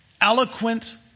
eloquent